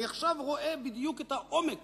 עכשיו אני רואה בדיוק את עומק